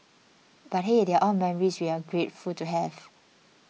but hey they are all memories we're grateful to have